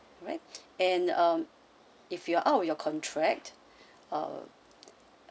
right and um if you are out of your contract ah